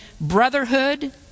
brotherhood